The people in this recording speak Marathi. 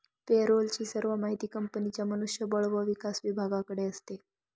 पे रोल ची सर्व माहिती कंपनीच्या मनुष्य बळ व विकास विभागाकडे असते